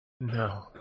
No